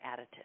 additive